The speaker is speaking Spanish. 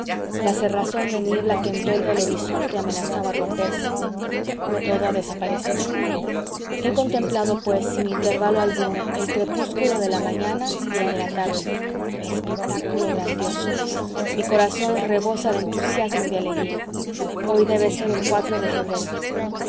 la cerrazón de niebla que entolda el horizonte amenazaba romperse todo ha desaparecido he contemplado pues sin intervalo alguno el crepúsculo de la mañana y el de la tarde espectáculo grandioso mi corazón rebosa de entusiasmo y de alegría hoy debe ser el de febrero